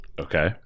Okay